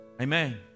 Amen